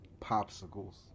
Popsicles